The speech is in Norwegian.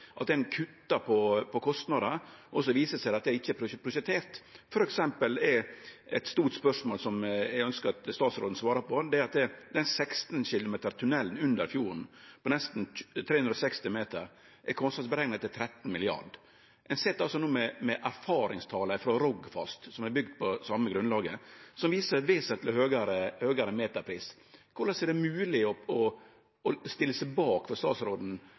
at det er litt som tenk-på-eit-tal, for ein kuttar i kostnadene, og så viser det seg at det ikkje er prosjektert. Eit stort spørsmål som eg ønskjer at statsråden svarar på gjeld den 16 km lange tunnelen under fjorden, ned på nesten 360 meter, som er kostnadsrekna til 13 mrd. kr. Ein sit no med erfaringstala for Rogfast, som er bygd på det same grunnlaget, som viser vesentleg høgare meterpris. Korleis er det mogeleg for statsråden å stille seg bak